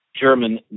German